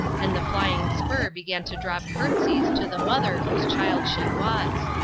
and the flying spur began to drop curtseys to the mother whose child she was.